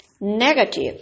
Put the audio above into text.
negative